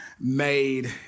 made